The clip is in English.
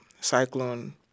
cyclone